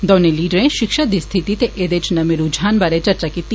दौनें लीडरें शिक्षा दी स्थिति ते एहदे च नमें रूझाने बारे चर्चा कीती